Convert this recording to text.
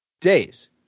days